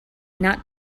not